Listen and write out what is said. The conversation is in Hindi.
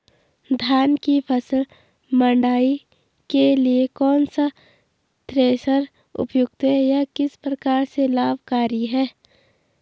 धान की फसल मड़ाई के लिए कौन सा थ्रेशर उपयुक्त है यह किस प्रकार से लाभकारी है?